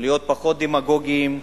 להיות פחות דמגוגיים,